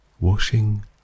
washing